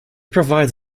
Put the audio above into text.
provides